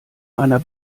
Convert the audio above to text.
einer